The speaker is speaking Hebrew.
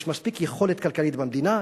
יש מספיק יכולת כלכלית במדינה,